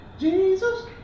Jesus